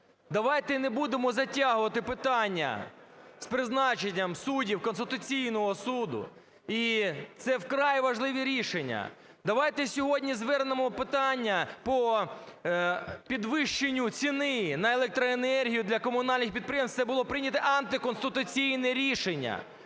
Давайте не будемо затягувати питання з призначенням суддів Конституційного Суду, і це вкрай важливі рішення. Давайте сьогодні звернемо питання по підвищенню ціни електроенергію для комунальних підприємств. Це було прийнято антиконституційне рішення.